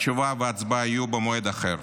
התשובה וההצבעה יהיו במועד אחר.